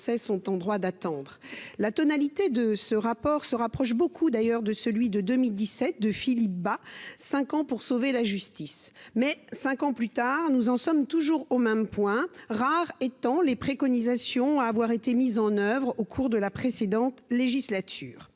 sont en droit d'attendre la tonalité de ce rapport se rapproche beaucoup d'ailleurs de celui de 2017 de Philippe Bas 5 ans pour sauver la justice mais 5 ans plus tard, nous en sommes toujours au même point, rares étant les préconisations à avoir été mis en oeuvre au cours de la précédente législature,